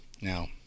Now